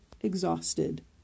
exhausted